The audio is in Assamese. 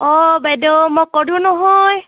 অঁ বাইদেউ মই কৰোঁ নহয়